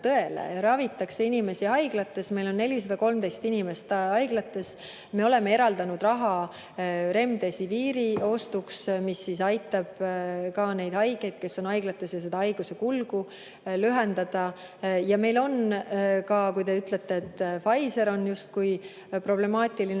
ravitakse inimesi haiglates, meil on 413 inimest haiglas. Me oleme eraldanud raha Remdesiviri ostuks, mis aitab ka nendel haigetel, kes on haiglas, haiguse kulgu lühendada. Te ütlete, et Pfizer on justkui problemaatiline.